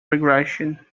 regression